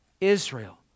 Israel